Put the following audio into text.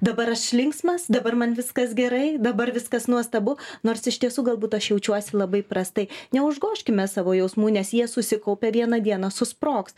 dabar aš linksmas dabar man viskas gerai dabar viskas nuostabu nors iš tiesų galbūt aš jaučiuosi labai prastai neužgožkime savo jausmų nes jie susikaupia vieną dieną susprogs